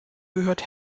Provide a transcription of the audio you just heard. gehört